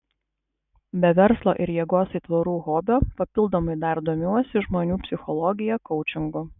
be verslo ir jėgos aitvarų hobio papildomai dar domiuosi žmonių psichologija koučingu